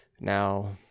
now